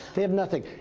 they have nothing.